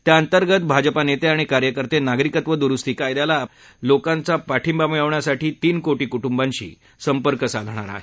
त्याअंतर्गत भाजपानेते आणि कार्यकर्ते नागरिकत्व दुरुस्ती कायद्याला लोकांचा पाठिंबा मिळवण्यासाठी तीन कोटी कुटुंबांशी संपर्क साधणार आहेत